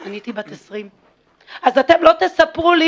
אני הייתי בת 20. אז אתם לא תספרו לי